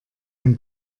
ein